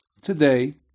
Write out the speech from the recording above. today